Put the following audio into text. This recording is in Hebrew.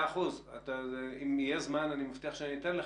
אם יהיה זמן, אני מבטיח שאתן לך.